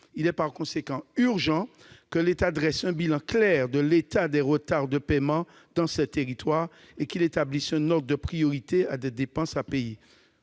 Il est par conséquent urgent que l'État dresse un bilan clair de l'état des retards de paiement dans ces territoires et qu'il établisse un ordre de priorité des dépenses à payer.